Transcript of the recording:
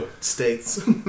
states